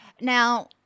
Now